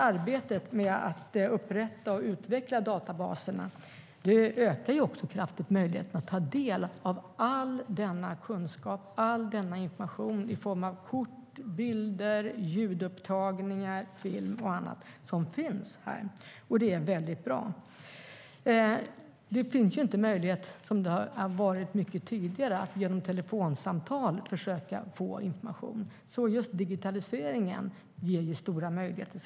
Arbetet med att upprätta och utveckla databaserna ökar ju också kraftigt möjligheterna att ta del av all denna kunskap och information i form av kort, bilder, ljudupptagningar, film och annat som finns på det här området, och det är väldigt bra. Det finns ju inte den möjlighet som fanns tidigare att genom telefonsamtal försöka få information, så digitaliseringen ger ju stora möjligheter.